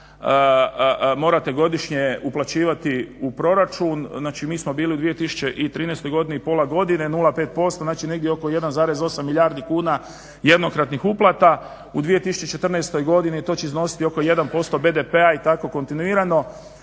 morate godišnje uplaćivati u proračun, znači mi smo bili u 2013.godini pola godine 0,5% negdje oko 1,8 milijardi kuna jednokratnih uplata. U 2014.godini to će iznositi oko 1% BDP-a i tako kontinuirano